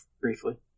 briefly